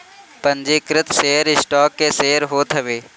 पंजीकृत share stock के share होत हवे